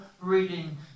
reading